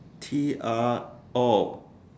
T_R oh